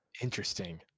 Interesting